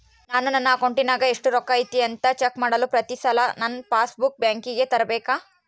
ನಾನು ನನ್ನ ಅಕೌಂಟಿನಾಗ ಎಷ್ಟು ರೊಕ್ಕ ಐತಿ ಅಂತಾ ಚೆಕ್ ಮಾಡಲು ಪ್ರತಿ ಸಲ ನನ್ನ ಪಾಸ್ ಬುಕ್ ಬ್ಯಾಂಕಿಗೆ ತರಲೆಬೇಕಾ?